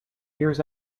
years